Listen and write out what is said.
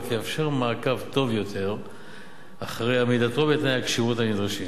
ואף יאפשר מעקב טוב יותר אחרי עמידתו בתנאי הכשירות הנדרשים.